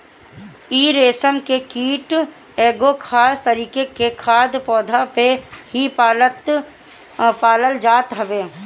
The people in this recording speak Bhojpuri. इ रेशम के कीट एगो खास तरीका के खाद्य पौधा पे ही पालल जात हवे